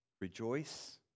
Rejoice